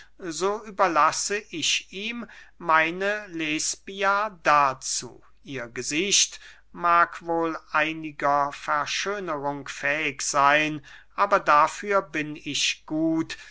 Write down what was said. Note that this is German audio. so überlasse ich ihm meine lesbia dazu ihr gesicht mag wohl einiger verschönerung fähig seyn aber dafür bin ich gut